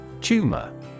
Tumor